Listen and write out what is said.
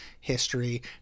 history